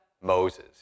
Moses